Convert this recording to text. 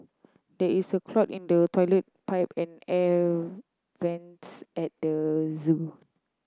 there is a clog in the toilet pipe and air vents at the zoo